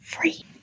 free